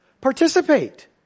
Participate